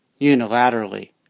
unilaterally